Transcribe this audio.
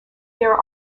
there